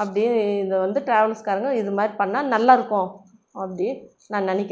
அப்படி இதை வந்து ட்ராவல்ஸ்காரங்கள் இதுமாதிரி பண்ணால் நல்லாயிருக்கும் அப்படி நான் நினைக்கி